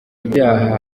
ibyaha